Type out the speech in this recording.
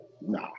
Nah